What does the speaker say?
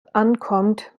ankommt